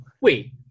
wait